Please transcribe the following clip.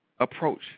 approach